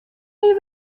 myn